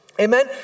amen